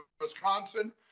Wisconsin